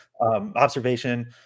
observation